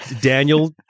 Daniel